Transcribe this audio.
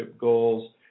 goals